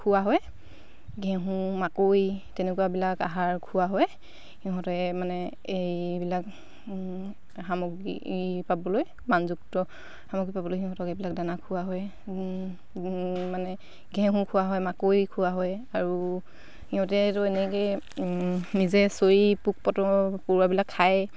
খোৱা হয় ঘেঁহু মাকৈ তেনেকুৱাবিলাক আহাৰ খোৱা হয় সিহঁতে মানে এইবিলাক সামগ্ৰী পাবলৈ মানযুক্ত সামগ্ৰী পাবলৈ সিহঁতক এইবিলাক দানা খোৱা হয় মানে ঘেঁহু খোৱা হয় মাকৈ খোৱা হয় আৰু সিহঁতে তো এনেকে নিজে চৰি পোক পতংগ পৰুৱাবিলাক খায়